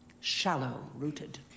shallow-rooted